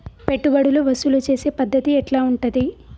పెట్టుబడులు వసూలు చేసే పద్ధతి ఎట్లా ఉంటది?